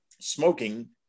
smoking